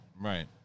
Right